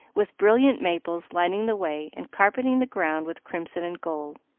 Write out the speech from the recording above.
with brilliant maples lining the way and carpeting the ground with crimson and gold.